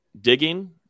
digging